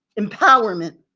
empowerment.